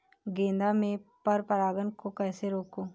गेंदा में पर परागन को कैसे रोकुं?